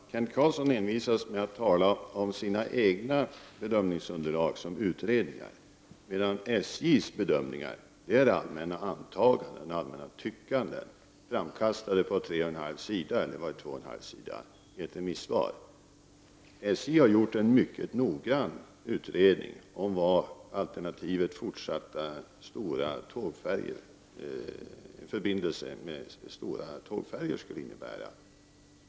Herr talman! Kent Carlsson envisas med att tala om sina egna bedömningsunderlag som utredningar och menar att SJ:s bedömningar är allmänna antaganden och tyckanden, framkastade på tre och en halv sida i ett remisssvar. SJ har gjort en mycket noggrann utredning om vad alternativet fortsatt förbindelse med stora tågfärjor skulle innebära.